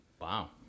Wow